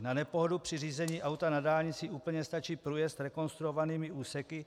Na nepohodu při řízení auta na dálnici úplně stačí průjezd rekonstruovanými úseky.